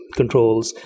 controls